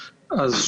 אז,